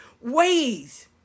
ways